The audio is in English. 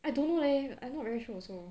I don't know leh I not very sure also